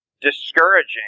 discouraging